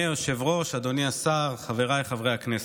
היושב-ראש, אדוני השר, חבריי חברי הכנסת,